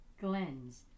glens